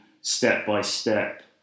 step-by-step